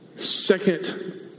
second